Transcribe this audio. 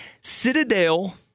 Citadel